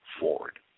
forward